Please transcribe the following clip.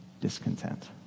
discontent